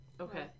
Okay